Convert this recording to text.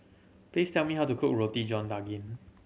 please tell me how to cook Roti John Daging